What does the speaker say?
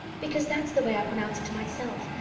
because that's the way i pronounce it to myself.